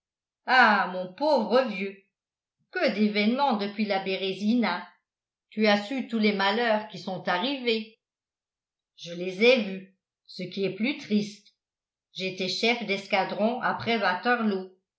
ah mon pauvre vieux que d'événements depuis la bérésina tu as su tous les malheurs qui sont arrivés je les ai vus ce qui est plus triste j'étais chef d'escadron après waterloo